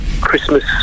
Christmas